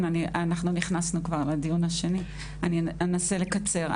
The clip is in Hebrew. נכנסנו כבר לדיון השני, אני אנסה לקצר.